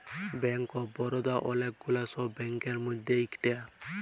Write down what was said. bank of Baroda ওলেক গুলা সব ব্যাংকের মধ্যে ইকটা